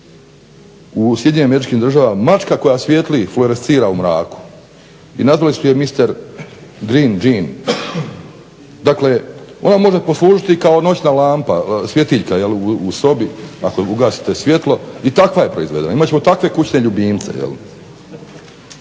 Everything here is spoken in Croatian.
proizvedena je u SAD-u mačka koja svijetli, flourescira u mraku i nazvali su je mr. Green gen. Dakle, ona može poslužiti i kao noćna lampa, svjetiljka jel' u sobi ako ugasite svjetlo. I takva je proizvedena. Imat ćemo takve kućne ljubimce